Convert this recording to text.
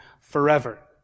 forever